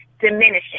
diminishing